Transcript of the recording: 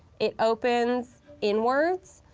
it opens inwards,